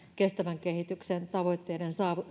kestävän kehityksen tavoitteiden